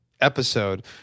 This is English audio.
episode